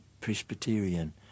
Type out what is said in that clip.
Presbyterian